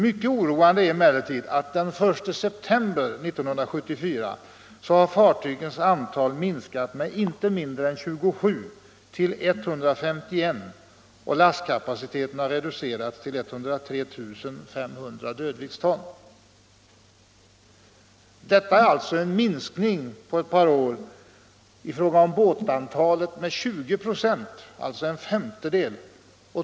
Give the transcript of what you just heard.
Mycket oroande är emellertid att den I september 1974 har fartygens antal minskat med inte mindre 27 till 151, och lastkapaciteten har reducerats till 103 500 dödviktston. Detta är alltså en minskning under ett par år i fråga om båtantalet med 20 96, dvs. en femtedel.